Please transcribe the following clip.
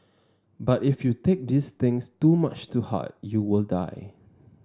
but if you take these things too much to heart you will die